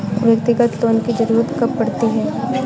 व्यक्तिगत लोन की ज़रूरत कब पड़ती है?